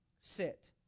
sit